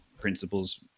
principles